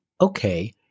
Okay